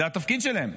זה התפקיד שלהם.